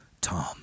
Tom